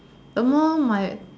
the more my